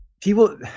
people